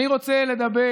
אני רוצה לדבר